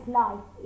life